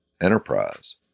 enterprise